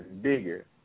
bigger